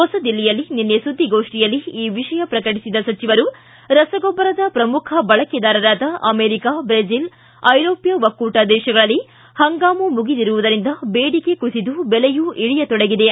ಹೊಸದಿಲ್ಲಿಯಲ್ಲಿ ನಿನ್ನೆ ಸುದ್ದಿಗೋಷ್ಠಿಯಲ್ಲಿ ಈ ವಿಷಯ ಪ್ರಕಟಿಸಿದ ಸಚಿವರು ರಸಗೊಬ್ಬರದ ಪ್ರಮುಖ ಬಳಕೆದಾರರಾದ ಅಮೆರಿಕ ಬ್ರೆಜಿಲ್ ಐರೋಷ್ಕ ಒಕ್ಕೂಟ ದೇಶಗಳಲ್ಲಿ ಹಂಗಾಮು ಮುಗಿದಿರುವುದರಿಂದ ಬೇಡಿಕೆ ಕುಸಿದು ಬೆಲೆಯೂ ಇಳಿಯತೊಡಗಿದೆ